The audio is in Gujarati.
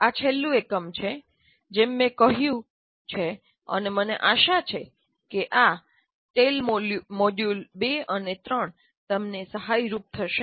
આ છેલ્લું એકમછે જેમ કે મેં કહ્યું છે અને મને આશા છે કે ટેલ મોડ્યુલ 2 અને 3 તમને સહાયરૂપ થશે